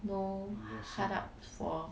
no hard up for